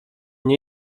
nie